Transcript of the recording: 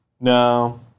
No